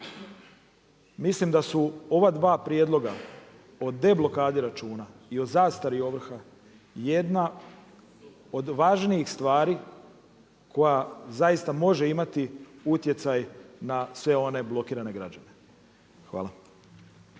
Mislim da su ova dva prijedloga o deblokadi računa i o zastari ovrha jedna od važnijih stvari koja zaista može imati utjecaj na sve one blokirane građane. Hvala.